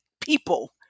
people